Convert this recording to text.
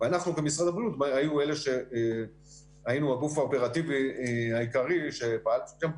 ואנחנו כמשרד הבריאות היינו הגוף האופרטיבי העיקרי שפעל שם,